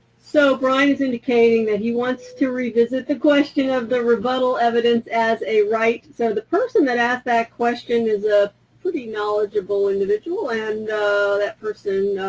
so bryan is indicating that he wants to revisit the questions of the rebuttal evidence as a right. so the person that asked that question is a pretty knowledgeable individual, and that person,